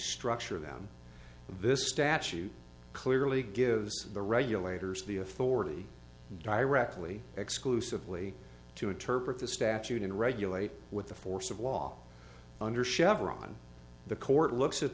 structure them this statute clearly gives the regulators the authority directly exclusively to interpret the statute and regulate with the force of law under chevron the court looks at